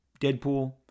Deadpool